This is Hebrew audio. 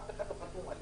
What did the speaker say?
אף אחד לא חתום עליה.